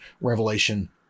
revelation